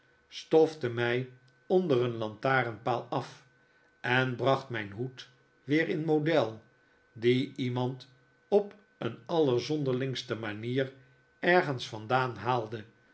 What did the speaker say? stofte mij onder een lantarenpaal af en bracht mijn hoed weer in model dien iemand op een allerzonderlingste manier ergens vandaan haalde